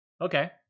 Okay